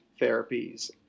therapies